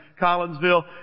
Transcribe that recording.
Collinsville